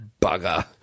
bugger